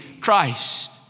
Christ